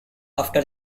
after